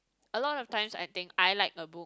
a lot of times I think I like a book